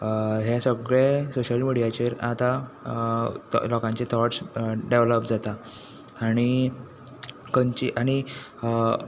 हें सगळें सोशियल मिडियाचेर आतां लोकांचे टॉट्स डॅवलप जाता आनी खंयची आनी